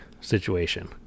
situation